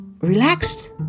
relaxed